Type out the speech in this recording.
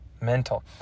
Mental